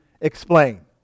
explain